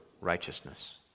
righteousness